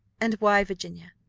and why, virginia,